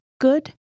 good